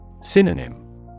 Synonym